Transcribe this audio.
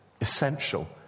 essential